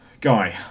Guy